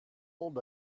old